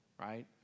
right